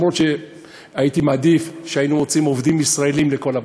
גם אם הייתי מעדיף שהיינו מוצאים עובדים ישראלים לכול,